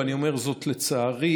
ואני אומר זאת לצערי,